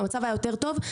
והמצב היה יותר טוב.